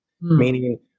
Meaning